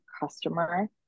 customer